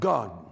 God